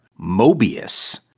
Mobius